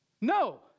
no